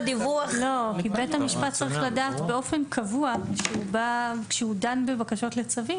בית המשפט צריך לדעת באופן קבוע כשהוא דן בבקשות לצווים,